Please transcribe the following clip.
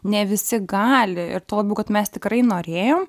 ne visi gali ir tuo labiau kad mes tikrai norėjom